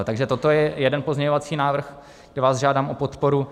Takže toto je jeden pozměňovací návrh, kde vás žádám o podporu.